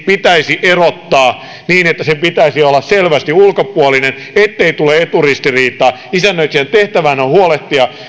pitäisi erottaa niin että sen pitäisi olla selvästi ulkopuolinen ettei tule eturistiriitaa isännöitsijän tehtävänä on huolehtia